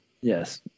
Yes